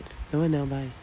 then why you never buy